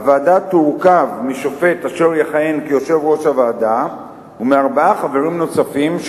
הוועדה תורכב משופט אשר יכהן כיושב-ראש הוועדה ומארבעה חברים נוספים,